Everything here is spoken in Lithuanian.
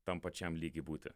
tam pačiam lygy būti